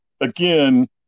again